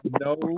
no